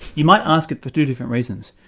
you might ask it for two different reasons.